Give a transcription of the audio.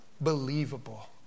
believable